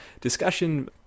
discussion